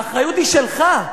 האחריות היא שלך,